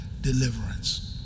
deliverance